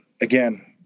again